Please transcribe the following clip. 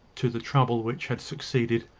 to the trouble which had succeeded,